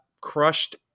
crushed